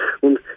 und